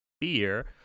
beer